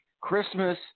Christmas